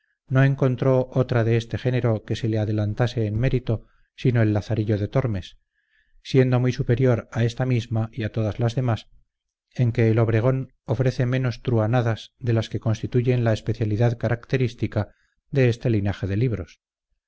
no encontró otra de este género que se le adelantase en mérito sino el lazarillo de tormes siendo muy superior a esta misma y a todas las demás en que el obregón ofrece menos truhanadas de las que constituyen la especialidad característica de este linaje de libros